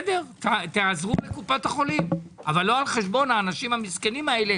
תעזרו לקופות החולים אבל לא על חשבון האנשים המסכנים האלה,